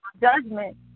judgment